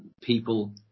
people